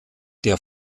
der